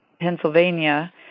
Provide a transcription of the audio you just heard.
Pennsylvania